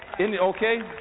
Okay